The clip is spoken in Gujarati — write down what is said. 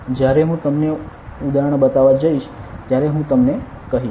જ્યારે હું તમને ઉદાહરણ બતાવવા જઈશ ત્યારે હું તમને કહીશ